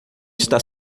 está